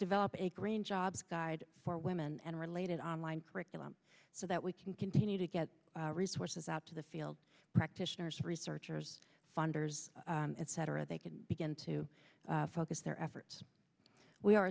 develop a green jobs guide for women and related online curriculum so that we can continue to get resources out to the field practitioners and researchers funders etc they can begin to focus their efforts we are